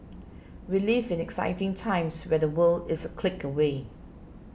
we live in exciting times where the world is a click away